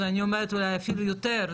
אני אומרת אפילו יותר,